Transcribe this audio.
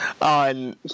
on